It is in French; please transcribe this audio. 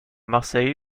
marseille